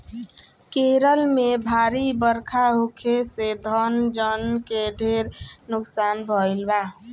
केरल में भारी बरखा होखे से धन जन के ढेर नुकसान भईल बा